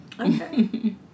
Okay